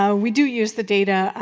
ah we do use the data.